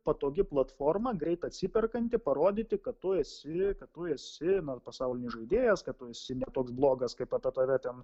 patogi platforma greit atsiperkanti parodyti kad tu esi kad tu esi pasaulinis žaidėjas kad tu esi ne toks blogas kaip apie tave ten